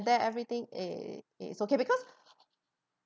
than everything eh it's okay because